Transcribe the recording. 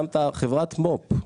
שמת חברת מו"פ,